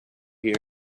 here